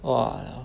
!walao!